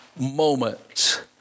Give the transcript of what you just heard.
moments